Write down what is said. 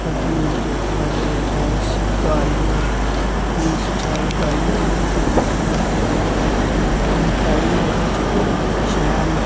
कद्दुऐं गी गड़का लुआने आं प्ही उसी शैल गालने आं प्ही उसी शैल गाली गूलियै उप्परा इम्बली पाने आं प्ही इम्बली पाई ओह्दे च शैल